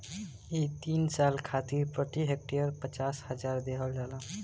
इ तीन साल खातिर प्रति हेक्टेयर पचास हजार देहल जाला